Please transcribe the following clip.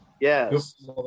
Yes